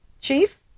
chief